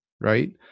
Right